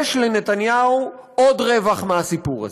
יש לנתניהו עוד רווח מהסיפור הזה,